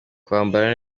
kwambara